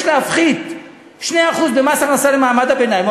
להפחית 2% ממס הכנסה למעמד הביניים.